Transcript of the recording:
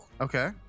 Okay